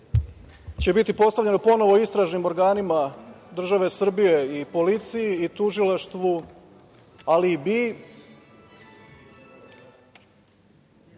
će biti postavljeno ponovo istražnim organima države Srbije i policiji i tužilaštvu, ali i BIA